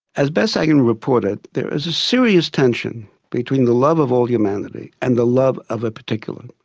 as best i can report it, there is a serious tension between the love of organisers yeah um and the and the love of a particular.